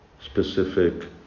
specific